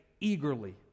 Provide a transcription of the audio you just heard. eagerly